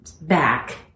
back